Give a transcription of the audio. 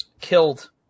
killed